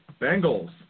Bengals